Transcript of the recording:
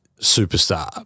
superstar